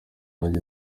wanjye